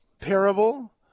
parable